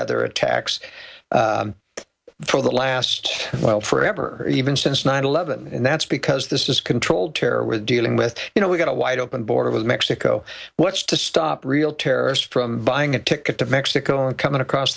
other attacks for the last well forever even since nine eleven and that's because this is controlled terror we're dealing with you know we've got a wide open border with mexico what's to stop real terrorist from buying a ticket to mexico and coming across